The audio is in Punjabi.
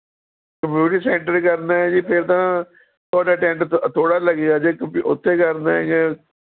ਕਮਿਊਨਟੀ ਸੈਂਟਰ ਕਰਨਾ ਹੈ ਜੀ ਫੇਰ ਤਾਂ ਤੁਹਾਡਾ ਟੈਂਟ ਥੋੜ੍ਹਾ ਲੱਗੇਗਾ ਜੇ ਤੁਸੀਂ ਉੱਥੇ ਕਰਨਾ ਹੈਗਾ